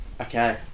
Okay